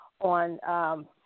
on